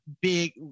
big